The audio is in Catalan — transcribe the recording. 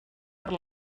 per